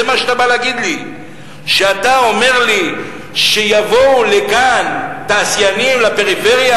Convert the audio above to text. זה מה שאתה בא להגיד לי כשאתה אומר לי שיבואו כאן תעשיינים לפריפריה,